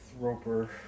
Roper